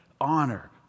honor